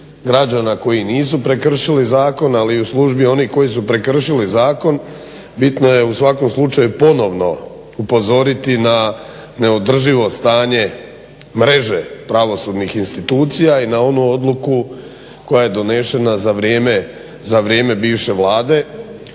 građana koji nisu prekršili zakon, ali u službi onih koji su prekršili zakon. Bitno je u svakom slučaju ponovno upozoriti na neodrživo stanje mreže pravosudnih institucija i na onu odluku koja je donešena za vrijeme bivše Vlade